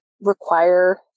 require